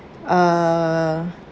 uh